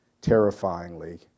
terrifyingly